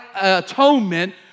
atonement